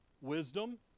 Wisdom